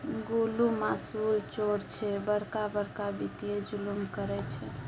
गोलु मासुल चोर छै बड़का बड़का वित्तीय जुलुम करय छै